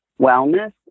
wellness